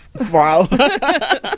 Wow